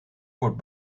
wordt